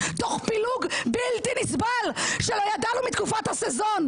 תוך פילוג בלתי נסבל שלא ידענו מתקופת הסזון.